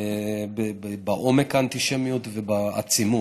בעומק האנטישמיות ובעצימות.